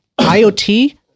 IoT